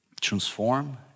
transform